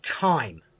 time